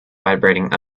vibrating